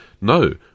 no